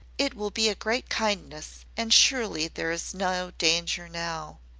it will be a great kindness and surely there is no danger now.